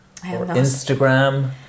Instagram